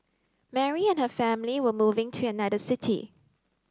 Mary and her family were moving to another city